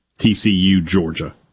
TCU-Georgia